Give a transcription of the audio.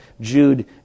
Jude